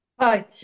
Hi